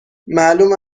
معلومه